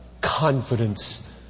confidence